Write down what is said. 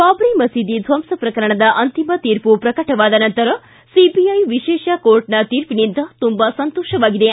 ಬಾಬ್ರಿ ಮಸೀದಿ ಧ್ವಂಸ ಪ್ರಕರಣದ ಅಂತಿಮ ತೀರ್ಪು ಪ್ರಕಟವಾದ ನಂತರ ಸಿಬಿಐ ವಿಶೇಷ ಕೋರ್ಟ್ನ ತೀರ್ಪಿನಿಂದ ತುಂಬಾ ಸಂತೋಷವಾಗಿದೆ